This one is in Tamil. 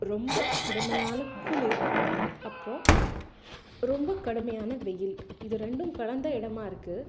ரொம்ப கடுமையான குளிர் அப்புறோம் ரொம்ப கடுமையான வெயில் இது ரெண்டும் கலந்த இடமாக இருக்குது